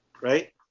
right